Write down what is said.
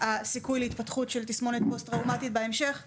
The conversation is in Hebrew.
הסיכוי להתפתחות של תסמונת פוסט טראומטית בהמשך מצטמצם,